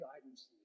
guidance